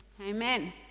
amen